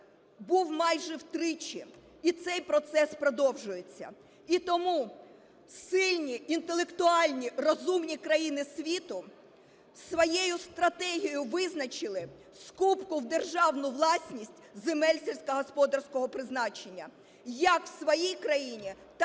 був майже втричі. І цей процес продовжується. І тому сильні, інтелектуальні, розумні країни світу своєю стратегією визначили скупку в державну власність земель сільськогосподарського призначення як в своїй країні, так і за межами країни.